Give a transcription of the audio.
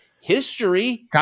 history